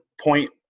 point